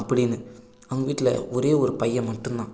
அப்படின்னு அவங்க வீட்டில் ஒரே ஒரு பையன் மட்டுந்தான்